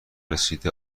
رسیده